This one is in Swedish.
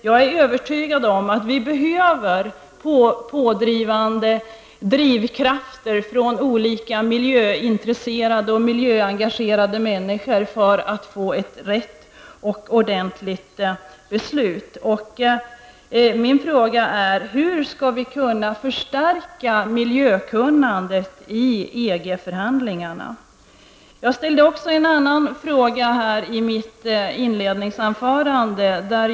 Jag är övertygad om att vi behöver pådrivare i form av miljöintresserade och miljöengagerade människor för att få till stånd riktiga beslut. Min fråga är: Hur skall vi kunna förstärka miljötänkandet i EG-förhandlingarna? Jag ställde också en annan fråga i mitt inledningsanförande.